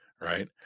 right